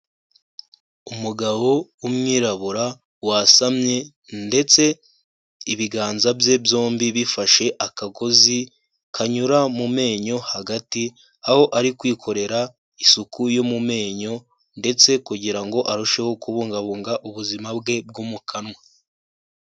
Umugabo w'umwirabura, wasamye ndetse ibiganza bye byombi bifashe akagozi kanyura mu menyo hagati, aho ari kwikorera isuku yo mu menyo ndetse kugira ngo arusheho kubungabunga ubuzima bwe bwo mu kanwa.